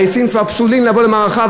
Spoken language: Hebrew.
העצים כבר פסולים מלבוא למערכה,